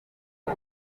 ari